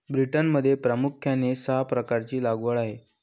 ब्रिटनमध्ये प्रामुख्याने सहा प्रकारची लागवड आहे